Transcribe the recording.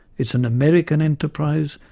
is an american enterprise,